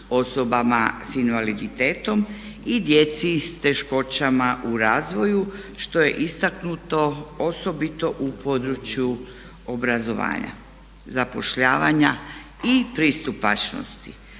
osobama sa invaliditetom i djeci s teškoćama u razvoju što je istaknuto osobito u području obrazovanja, zapošljavanja i pristupačnosti.